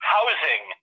Housing